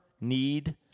need